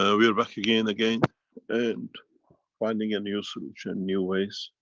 ah we're back again again and finding a new solution, new ways,